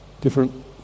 different